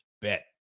Bet